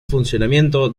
funcionamiento